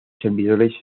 servidores